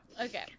Okay